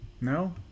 No